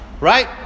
right